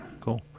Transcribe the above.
cool